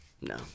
no